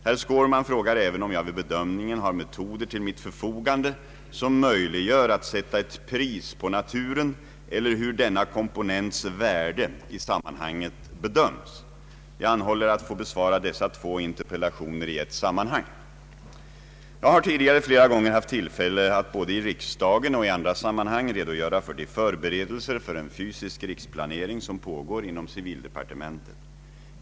Herr Skårman frågar även om jag vid bedömningen har metoder till mitt förfogande som möjliggör att sätta ett pris på naturen eller hur denna komponents värde i sammanhanget bedöms. Jag anhåller att få besvara dessa två interpellationer i ett sammanhang. Jag har tidigare flera gånger haft tillfälle att både i riksdagen och i andra sammanhang redogöra för de förberedelser för en fysisk riksplanering som pågår inom civildepartementet.